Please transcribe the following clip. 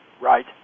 Right